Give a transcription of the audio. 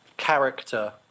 Character